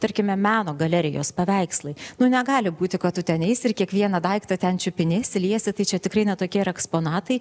tarkime meno galerijos paveikslai nu negali būti kad tu ten eisi ir kiekvieną daiktą ten čiupinėsi liesi tai čia tikrai ne tokie ir eksponatai